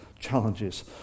Challenges